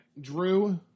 Drew